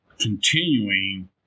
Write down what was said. continuing